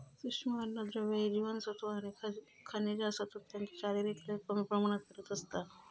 सूक्ष्म अन्नद्रव्य ही जीवनसत्वा आणि खनिजा असतत ज्यांची शरीराक लय कमी प्रमाणात गरज असता